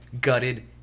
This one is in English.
Gutted